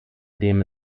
dem